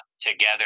together